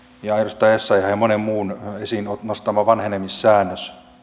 ja edustaja essayahin ja monen muun esiin nostama vanhenemissäännös